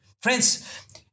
Friends